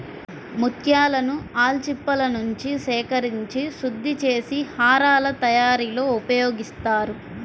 ముత్యాలను ఆల్చిప్పలనుంచి సేకరించి శుద్ధి చేసి హారాల తయారీలో ఉపయోగిస్తారు